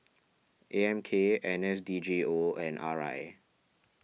A M K N S D G O and R I